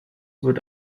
wird